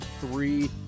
Three